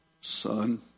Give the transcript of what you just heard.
son